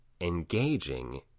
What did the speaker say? engaging